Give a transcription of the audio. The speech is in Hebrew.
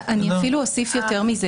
אני אפילו אוסיף יותר מה.